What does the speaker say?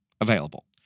available